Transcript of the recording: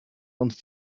uns